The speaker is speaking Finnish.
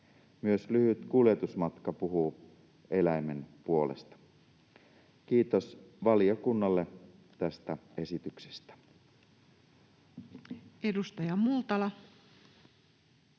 Myös lyhyt kuljetusmatka puhuu eläimen puolesta.” Kiitos valiokunnalle tästä esityksestä.